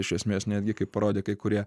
iš esmės netgi kaip parodė kai kurie